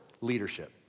Leadership